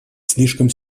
слишком